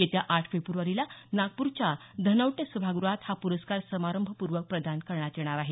येत्या आठ फेब्रवारीला नागपूरच्या धनवटे सभागृहात हा पुरस्कार समारंभपूर्वक प्रदान करण्यात येणार आहे